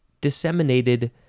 Disseminated